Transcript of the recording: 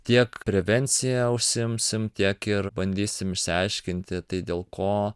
tiek prevencija užsiimsim tiek ir bandysim išsiaiškinti tai dėl ko